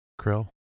krill